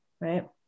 right